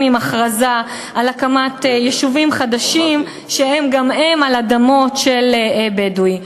בהכרזה על הקמת יישובים חדשים שהם גם על אדמות של בדואים.